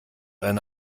eine